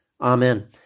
Amen